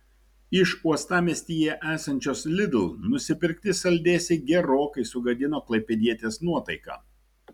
iš uostamiestyje esančios lidl nusipirkti saldėsiai gerokai sugadino klaipėdietės nuotaiką